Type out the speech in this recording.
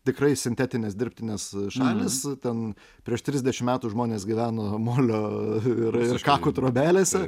tikrai sintetinės dirbtinės šalys ten prieš trisdešimt metų žmonės gyveno molio ir kakų trobelėse